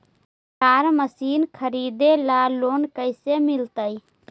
चारा मशिन खरीदे ल लोन कैसे मिलतै?